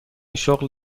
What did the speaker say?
شغل